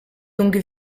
donc